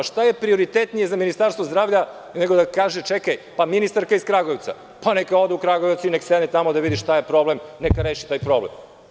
Šta je prioritetnije za Ministarstvo zdravlja, nego da kaže – čekaj, ministarka je iz Kragujevca, neka ode tamo da vidi šta je problem, neka reši taj problem.